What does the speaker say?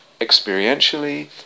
experientially